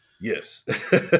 Yes